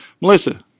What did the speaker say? Melissa